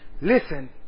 listen